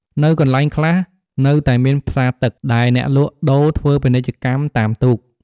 នៅកន្លែងខ្លះ នៅតែមានផ្សារទឹក ដែលអ្នកលក់ដូរធ្វើពាណិជ្ជកម្មតាមទូក។